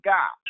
God